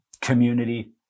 community